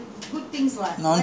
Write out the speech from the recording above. you eh agree or